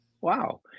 Wow